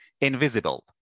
Invisible